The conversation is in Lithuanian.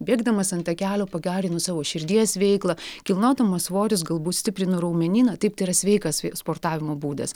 bėgdamas ant takelio pagerinu savo širdies veiklą kilnodamas svorius galbūt stiprinu raumenyną taip tai yra sveikas sportavimo būdas